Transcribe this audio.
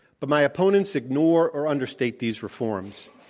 but my opponents ignore or understate these reforms.